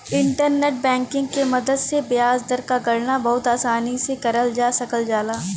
internet banking के मदद से ब्याज दर क गणना बहुत आसानी से करल जा सकल जाला